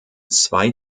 zwei